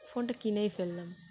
ফোনটা কিনেই ফেললাম